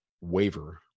waver